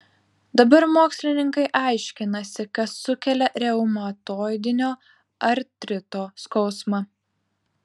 dabar mokslininkai aiškinasi kas sukelia reumatoidinio artrito skausmą